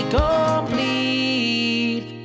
complete